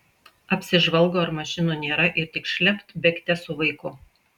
apsižvalgo ar mašinų nėra ir tik šlept bėgte su vaiku